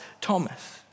Thomas